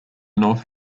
north